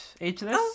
Ageless